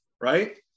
right